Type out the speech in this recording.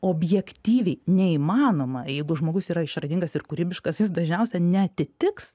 objektyviai neįmanoma jeigu žmogus yra išradingas ir kūrybiškas jis dažniausiai neatitiks